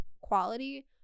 quality